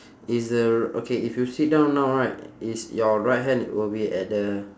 is the okay if you sit down now right is your right hand will be at the